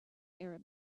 arab